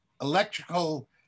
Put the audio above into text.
electrical